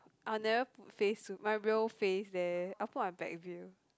I will never face my real face there I will put my backview